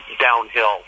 downhill